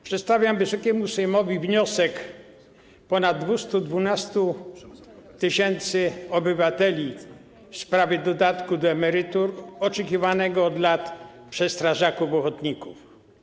Przedstawiam Wysokiemu Sejmowi wniosek ponad 212 tys. obywateli w sprawie dodatku do emerytur oczekiwanego od lat przez strażaków ochotników.